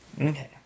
Okay